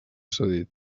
cedit